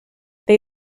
they